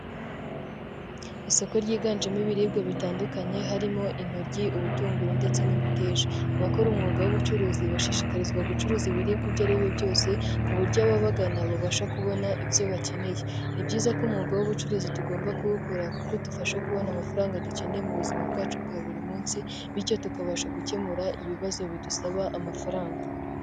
Isoko ryiganjemo ibiribwa bitandukanye harimo; intoryi, ubutunguru ndetse n'imiteja. Abakora umwuga w'ubucuruzi bashishikarizwa gucuruza ibiribwa ibyo aribyo byose ku buryo ababagana babasha kubona ibyo bakeneye. Ni byiza ko umwuga w'ubucuruzi tugomba kuwukora kuko dufasha kubona amafaranga dukeneye mu buzima bwacu bwa buri munsi bityo tukabasha gukemura ibibazo bidusaba amafaranga.